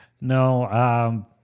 No